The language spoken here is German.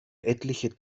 etliche